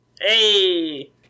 Hey